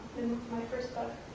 my first book,